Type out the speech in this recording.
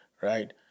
Right